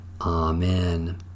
Amen